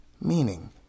meaning